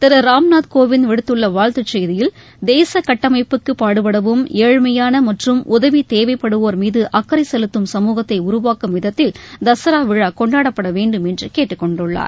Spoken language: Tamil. திரு ராம்நாத் கோவிந்த் விடுத்துள்ள வாழ்த்து செய்தியில் தேச கட்டமைப்புக்கு பாடுபடவும் ஏழ்மையான மற்றும் உதவி தேவைப்படுவோர் மீது அக்கறை செலுத்தும் சமுகத்தை உருவாக்கும் விதத்தில் தசரா விழா கொண்டாடப்பட வேண்டும் என்று கேட்டுக்கொண்டுள்ளார்